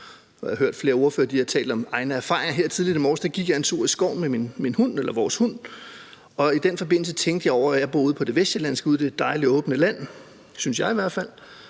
jeg hørt, at flere ordførere har talt om egne erfaringer, og her tidligt i morges gik jeg en tur i skoven med vores hund, og i den forbindelse tænkte jeg over – jeg bor ude i det vestsjællandske, ude i det dejlige åbne land, synes jeg i hvert fald